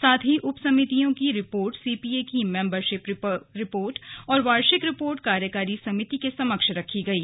साथ ही उप समितियों की रिपोर्ट सीपीए की मेंबरशिप रिपोर्ट और वार्षिक रिपोर्ट कार्यकारी समिति के समक्ष रखी गयी